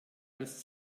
als